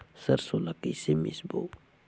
सरसो ला कइसे मिसबो?